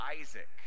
Isaac